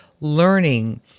learning